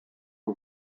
who